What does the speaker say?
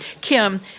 Kim